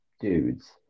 dudes